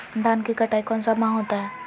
धान की कटाई कौन सा माह होता है?